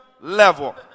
level